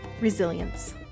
Resilience